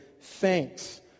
thanks